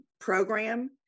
program